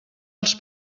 els